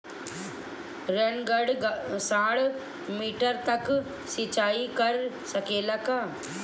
Rain gun साठ metre तक सिचाई कर सकेला का?